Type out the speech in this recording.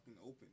open